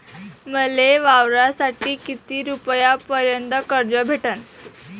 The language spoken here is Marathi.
मले वावरासाठी किती रुपयापर्यंत कर्ज भेटन?